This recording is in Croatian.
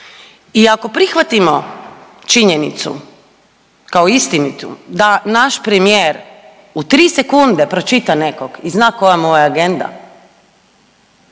I ako prihvatimo činjenicu kao istinitu da naš premijer u 3 sekunde pročita nekog i zna koja mu je agenda